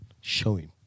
Showing